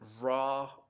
raw